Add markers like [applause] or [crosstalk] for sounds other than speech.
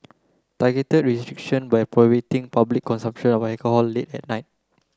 targeted restriction by [unintelligible] public consumption of alcohol late at night